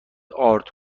آرد